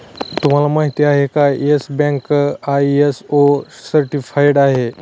तुम्हाला माहिती आहे का, येस बँक आय.एस.ओ सर्टिफाइड आहे